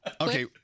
Okay